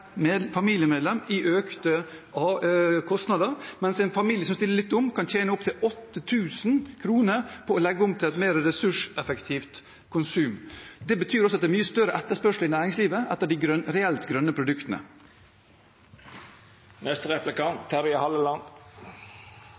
per familiemedlem i økte kostnader, mens en familie som stiller litt om, kan tjene opptil 8 000 kr på å legge om til et mer ressurseffektivt konsum. Det betyr også at det blir større etterspørsel i næringslivet etter de reelt grønne produktene.